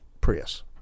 Prius